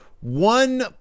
one